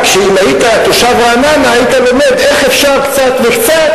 אם היית תושב רעננה היית לומד איך אפשר קצת וקצת,